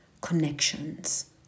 connections